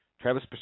Travis